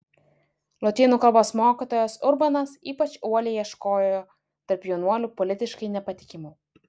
lotynų kalbos mokytojas urbanas ypač uoliai ieškojo tarp jaunuolių politiškai nepatikimų